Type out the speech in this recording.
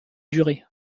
durée